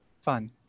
fun